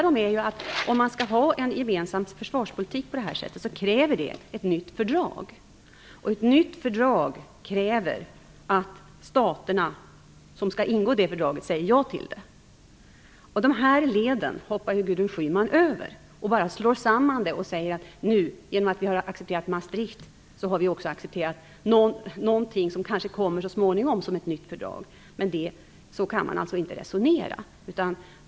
Om man skall ha en gemensam försvarspolitik på det här sättet kräver det ett nytt fördrag. Ett nytt fördrag kräver att staterna som skall ingå i det fördraget säger ja till det. De här leden hoppar Gudrun Schyman över. Hon bara slår samman dem och säger att nu, i och med att vi har accepterat Maastrichtfördraget, har vi också accepterat någonting som kanske kommer så småningom som ett nytt fördrag. Så kan man alltså inte resonera.